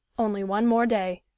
only one more day.